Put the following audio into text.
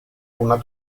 una